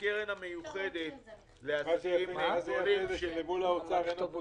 הקרן המיוחדת --- אם לא היה 30 יום,